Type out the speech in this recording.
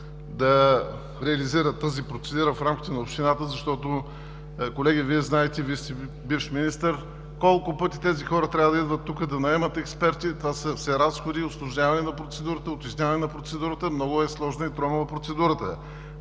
да реализират тази процедура в рамките на общината. Колеги, Вие знаете, Вие сте бивш министър, колко пъти тези хора трябва да идват тук, да наемат експерти – това са все разходи, усложняване, утежняване на процедурата. Много е сложна и тромава процедурата.